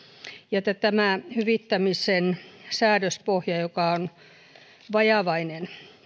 ja hyvittämisen säädöspohja joka on vajavainen